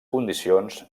condicions